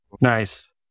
Nice